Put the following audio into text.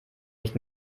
nicht